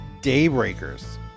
Daybreakers